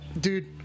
Dude